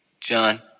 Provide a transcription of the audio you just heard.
John